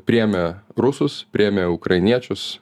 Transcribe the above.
priėmė rusus priėmė ukrainiečius